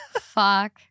Fuck